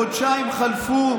חודשיים חלפו